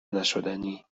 نشدنی